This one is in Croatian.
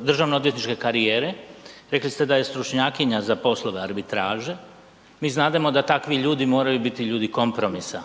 državnoodvjetničke karijere, rekli ste da je stručnjakinja za poslove arbitraže. Mi znademo da takvi ljudi moraju biti ljudi kompromisa,